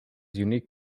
unique